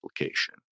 application